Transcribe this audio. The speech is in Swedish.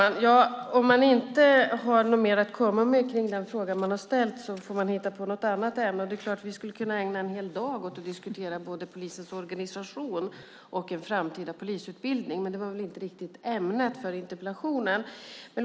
Fru talman! Om man inte har något mer att komma med kring den fråga man har ställt får man ta upp ett annat ämne. Det är klart att vi skulle kunna ägna en hel dag åt att diskutera både polisens organisation och en framtida polisutbildning, men det var väl inte riktigt ämnet för interpellationen.